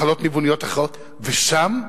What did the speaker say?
מחלות ניווניות אחרות, ושם,